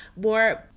more